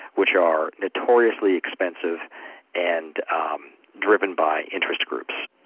which are notoriously expensive and um driven by interest groups.